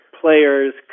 players